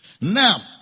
Now